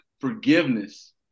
forgiveness